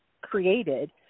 created